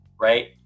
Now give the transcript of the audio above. Right